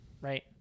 Right